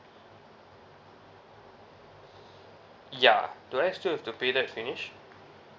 ya do I still have to pay that finish